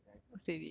steady eh that guy